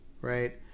Right